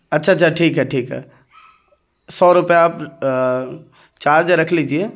اچّھا اچّھا ٹھیک ہے ٹھیک ہے سو روپئے آپ چارج رکھ لیجیے